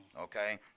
Okay